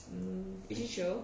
um is she chio